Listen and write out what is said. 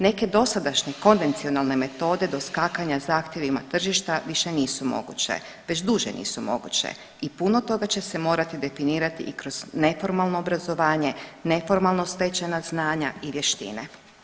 Neke dosadašnje konvencionalne metode doskakanja zahtjevima tržišta više nisu moguće, već duže nisu moguće i puno toga će se morati definirati i kroz neformalno obrazovanje neformalno stečena znanja i vještine.